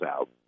out